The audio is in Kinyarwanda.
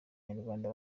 abanyarwanda